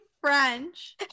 French